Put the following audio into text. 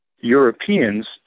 Europeans